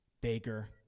Baker